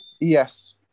Yes